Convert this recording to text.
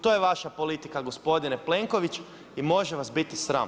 To je vaša politika gospodine Plenković i može vas biti sram!